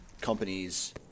companies